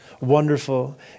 wonderful